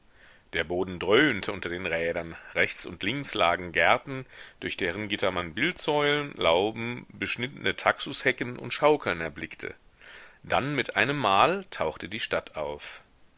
der boden dröhnte unter den rädern rechts und links lagen gärten durch deren gitter man bildsäulen lauben beschnittene taxushecken und schaukeln erblickte dann mit einemmal tauchte die stadt auf